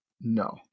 No